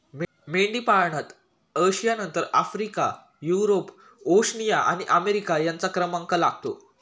मेंढीपालनात आशियानंतर Africa, Europe, Oceania आणि अमेरिका यांचा क्रमांक लागतो